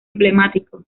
emblemático